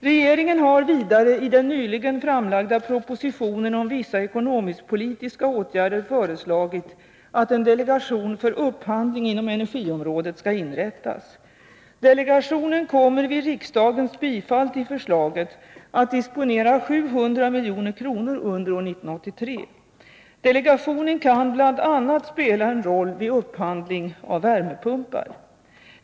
Regeringen har vidare i den nyligen framlagda propositionen om vissa ekonomisk-politiska åtgärder föreslagit att en delegation för upphandling inom energiområdet skall inrättas. Delegationen kommer, vid riksdagens bifall till förslaget, att disponera 700 milj.kr. under år 1983. Delegationen kan bl.a. spela en roll vid upphandling av värmepumpar.